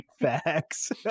facts